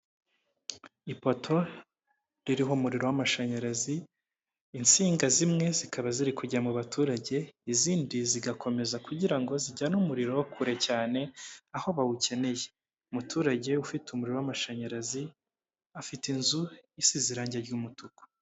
Ipoto ririho umuriro w'amashanyarazi insinga zimwe zikaba ziri kujya mu baturage, izindi zigakomeza kugira ngo zijyane umuriro kure cyane aho bawukeneye umuturage ufite umuriro w'amashanyarazi afite inzu isize irange ry'umutuku.